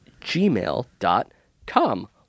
gmail.com